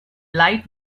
light